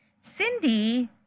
Cindy